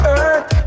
earth